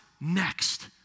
next